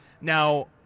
now